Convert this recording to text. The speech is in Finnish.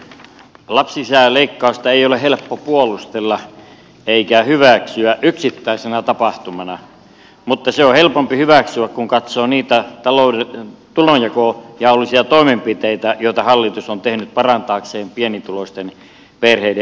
lapsilisäleikkausta ei ole helppo puolustella eikä hyväksyä yksittäisenä tapahtumana mutta se on helpompi hyväksyä kun katsoo niitä tulonjaollisia toimenpiteitä joita hallitus on tehnyt parantaakseen pienituloisten perheiden asemaa